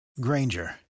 Granger